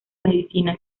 medicina